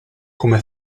come